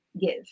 give